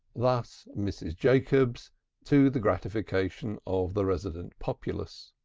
thus mrs. jacobs to the gratification of the resident populace.